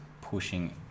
pushing